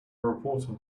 reporter